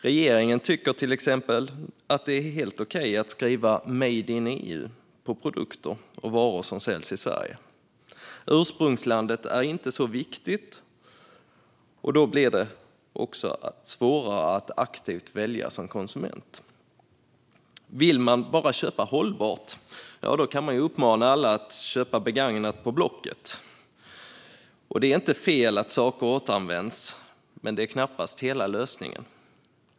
Regeringen tycker till exempel att det är helt okej att skriva Made in EU på produkter och varor som säljs i Sverige. Ursprungslandet är inte så viktigt, och då blir det också svårare att som konsument välja aktivt. Vill man bara köpa hållbart kan man uppmana alla att köpa begagnat på Blocket. Det är inte fel att saker återanvänds. Men det är knappast hela lösningen.